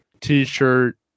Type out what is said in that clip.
T-shirt